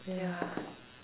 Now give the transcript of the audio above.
yeah